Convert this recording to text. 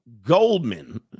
Goldman